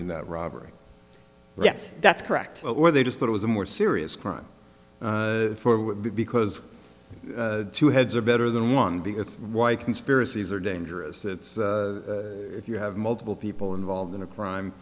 in that robbery yes that's correct or they just thought it was a more serious crime for would be because two heads are better than one because why conspiracies are dangerous it's if you have multiple people involved in a crime